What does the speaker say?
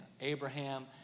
Abraham